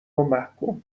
ومحکوم